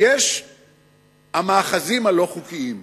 המאחזים הלא-חוקיים.